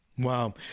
Wow